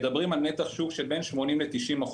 מדברים על נתח שוק של בין 80% ל-90%,